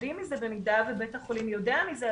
במידה ובית החולים יודע מזה,